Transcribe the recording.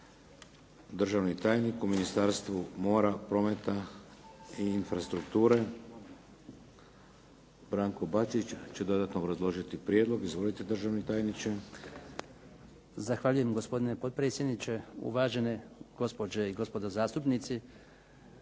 Državni tajnik u MINistarstvu mora, prometa i infrastrukture Branko Bačić će dodatno obrazložiti prijedlog. Izvolite državni tajniče. **Bačić, Branko (HDZ)** Zahvaljujem gospodine potpredsjedniče, uvažene gospođe i gospodo zastupnici.